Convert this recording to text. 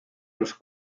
los